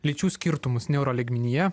lyčių skirtumus neuro lygmenyje